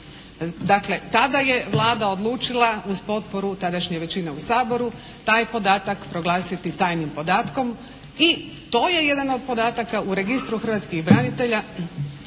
Dakle, tada je Vlada odlučila uz potporu tadašnje većine u Saboru taj podatak proglasiti tajnim podatkom. I to je jedan od podataka u registru hrvatskih branitelja